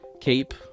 Cape